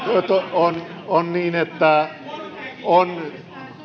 on on niin että on hyvä että